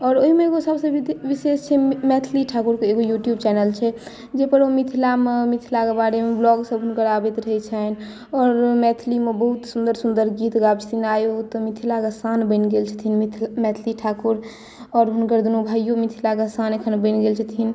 आओर ओहि मे एगो सबसॅं विशेष छै मैथिली ठाकुर के एगो यूट्यूब चैनल छै जाहिपर ओ मिथिला मे मिथिला के बारेमे ब्लॉग सब हुनकर आबैत रहै छनि आओर मैथिलीमे बहुत सुन्दर सुन्दर गीत गाबै छथिन आइ ओ तऽ मिथिला के शान बनि गेल छथिन मैथिली ठाकुर आओर हुनकर दुनू भाईयो मिथिला के शान एखन बनि गेल छथिन